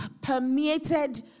permeated